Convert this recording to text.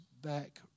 back